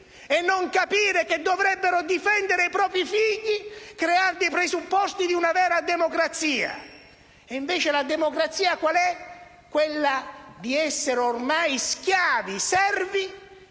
non capire che dovrebbero difendere i propri figli creando i presupposti di una vera democrazia. Invece la democrazia qual è? Quella di essere ormai schiavi e servi